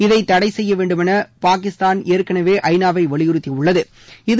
இதை தடை செய்யவேண்டுமென பாகிஸ்தான் ஏற்கனவே ஐநாவை வலியுறுத்தியுள்ளது